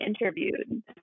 interviewed